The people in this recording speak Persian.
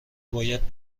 باید